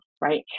right